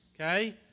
okay